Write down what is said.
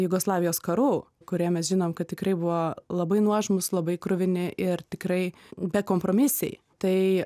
jugoslavijos karų kuriame žinome kad tikrai buvo labai nuožmūs labai kruvini ir tikrai bekompromisiai tai